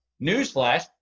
Newsflash